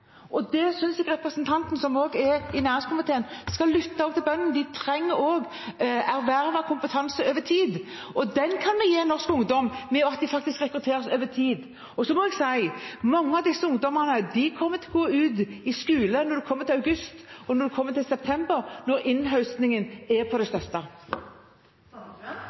og jeg synes representanten, som også sitter i næringskomiteen, skal lytte til bøndene. De trenger ervervet kompetanse over tid, og den kan vi gi norsk ungdom ved at de faktisk rekrutteres over tid. Så må jeg si: Mange av disse ungdommene kommer til å være på skolen når vi kommer til august, og når vi kommer til september – når innhøstingen er